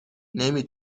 نمی